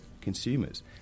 consumers